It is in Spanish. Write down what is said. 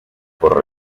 por